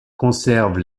conserve